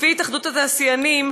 לפי התאחדות התעשיינים,